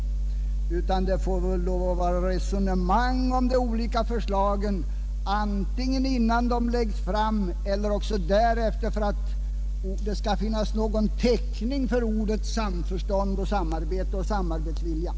Det måste förekomma resonemang om de olika förslagen antingen innan de läggs fram eller också därefter för att det skall finnas någon täckning för orden samförstånd, samarbete och samarbetsvilja.